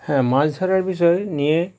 হ্যাঁ মাছ ধরার বিষয় নিয়ে